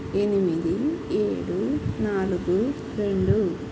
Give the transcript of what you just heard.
ఎనిమిది ఏడు నాలుగు రెండు